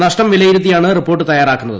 നഷ്ടം വിലയിരുത്തിയാണ് റിപ്പോർട്ട് തയ്യാറാക്കുന്നത്